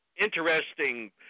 interesting